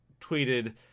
tweeted